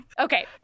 Okay